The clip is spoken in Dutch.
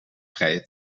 vrije